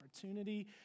opportunity